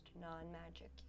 non-magic